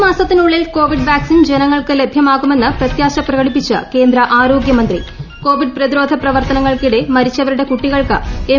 രണ്ട് മാസത്തിനുള്ളിൽ Covid vaccine ജനങ്ങൾക്ക് ന് ലഭ്യമാകുമെന്ന് പ്രത്യാശ പ്രകടിപ്പിച്ച് കേന്ദ്ര ആരോഗ്യമന്ത്രി കോവിഡ് പ്രതിരോധ പ്രവർത്തനങ്ങൾക്കിടെ മരിച്ചവരുടെ കുട്ടികൾക്ക് എം